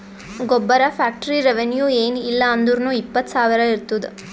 ಗೊಬ್ಬರ factory revenue ಏನ್ ಇಲ್ಲ ಅಂದುರ್ನೂ ಇಪ್ಪತ್ತ್ ಸಾವಿರ ಇರ್ತುದ್